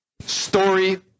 story